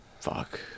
Fuck